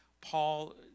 Paul